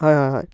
হয় হয় হয়